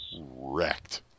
wrecked